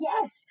yes